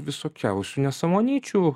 visokiausių nesąmonyčių